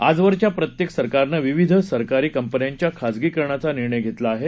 आजवरच्याप्रत्येकसरकारानंविविधसरकारीकंपन्यांच्याखासगीकरणाचानिर्णयघेतलाआहे